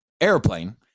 airplane